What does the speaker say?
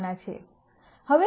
જોવાના છે